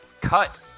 cut